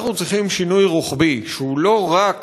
אנחנו צריכים שינוי רוחבי, שהוא לא רק